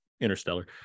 Interstellar